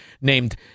named